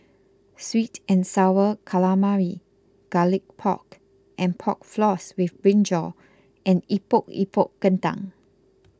Sweet and Sour Calamari Garlic Pork and Pork Floss with Brinjal and Epok Epok Kentang